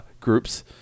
groups